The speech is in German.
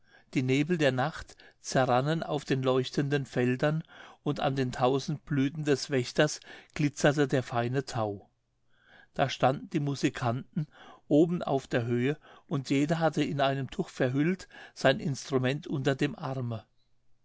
die nebel der nacht zerrannen auf den leuchtenden feldern und an den tausend blüten des wächters glitzerte der feine tau da standen die musikanten oben auf der höhe und jeder hatte in einem tuch verhüllt sein instrument unter dem arme